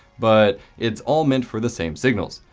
but it's all meant for the same signals.